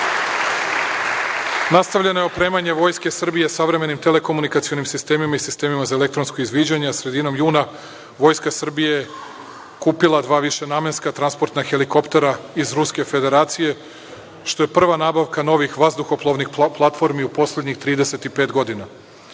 koristimo. Nastavljeno je opremanje Vojske Srbije savremenim telekomunikacionim sistemima i sistemima za elektronsko izviđanje, a sredinom juna Vojska Srbije kupila je dva višenamenska transportna helikoptera iz Ruske Federacije, što je prva nabavka novih vazduhoplovnih platformi u poslednjih 35 godina. Nakon